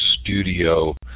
studio